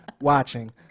watching